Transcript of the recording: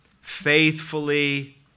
faithfully